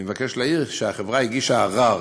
אני מבקש להעיר שהחברה הגישה ערר